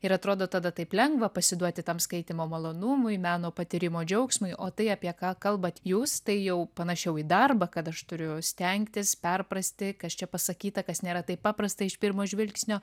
ir atrodo tada taip lengva pasiduoti tam skaitymo malonumui meno patyrimo džiaugsmui o tai apie ką kalbat jūs tai jau panašiau į darbą kad aš turiu stengtis perprasti kas čia pasakyta kas nėra taip paprasta iš pirmo žvilgsnio